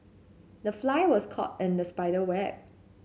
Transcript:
the fly was caught in the spider web